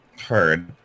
Heard